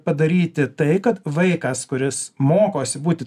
padaryti tai kad vaikas kuris mokosi būti